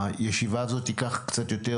הישיבה הזאת תיקח קצת יותר זמן.